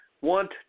want